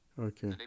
Okay